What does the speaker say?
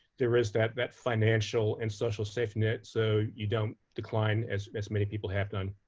there is that that financial and social safety net so you don't decline, as as many people have done.